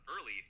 early